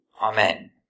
Amen